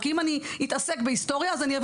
כי אם אני אתעסק בהיסטוריה אז אני אביא